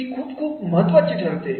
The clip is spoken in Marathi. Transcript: ही खुप खुप महत्त्वाची ठरत असते